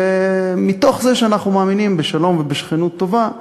ומתוך זה שאנחנו מאמינים בשלום ובשכנות טובה,